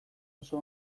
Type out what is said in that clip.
oso